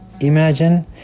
imagine